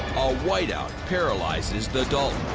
a whiteout paralyzes the dalton.